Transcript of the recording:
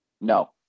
No